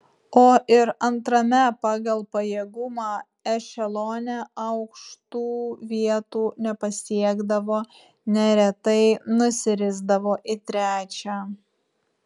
o ir antrame pagal pajėgumą ešelone aukštų vietų nepasiekdavo neretai nusirisdavo į trečią